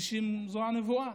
משום שזו הנבואה.